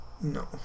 No